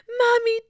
mommy